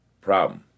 problem